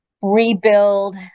rebuild